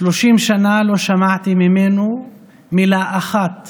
30 שנה לא שמעתי ממנו מילה אחת